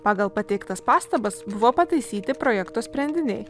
pagal pateiktas pastabas buvo pataisyti projekto sprendiniai